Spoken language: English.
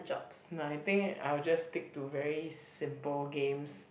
no I think I will just stick to very simple games